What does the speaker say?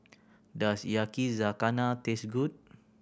does Yakizakana taste good